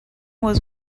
was